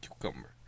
Cucumber